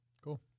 cool